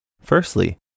Firstly